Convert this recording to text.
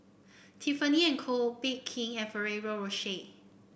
Tiffany And Co Bake King and Ferrero Rocher